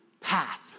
path